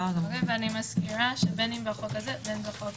אני מזכירה שבין אם בחוק הזה ובין אם בחוק